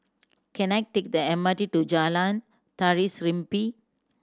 can I take the M R T to Jalan Tari Serimpi